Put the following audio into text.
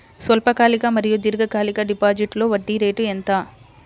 స్వల్పకాలిక మరియు దీర్ఘకాలిక డిపోజిట్స్లో వడ్డీ రేటు ఎంత?